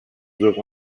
dure